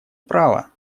права